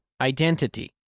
identity